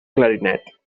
clarinet